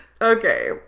Okay